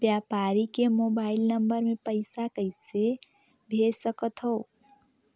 व्यापारी के mobile number मे पईसा कइसे भेज सकथव?